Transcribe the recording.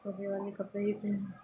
پردے والے کپڑے ہی پہنیے